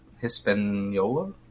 Hispaniola